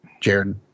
Jared